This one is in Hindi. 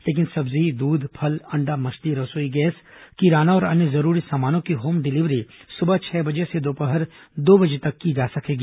लेकिन सब्जी दूध फल अण्डा मछली रसोई गैस किराना और अन्य जरूरी सामानों की होम डिलीवरी सुबह छह बजे से दोपहर दो बजे तक की जा सकेगी